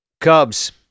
Cubs